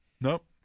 Nope